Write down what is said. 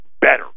better